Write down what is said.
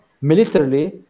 militarily